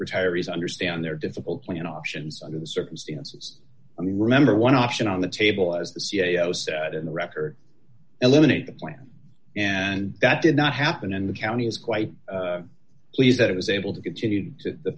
retirees understand their difficult when options under the circumstances i mean remember one option on the table as the c e o said in the record eliminate the point and that did not happen in the county is quite pleased that it was able to continue t